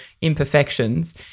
imperfections